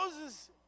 Moses